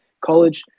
college